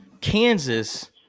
Kansas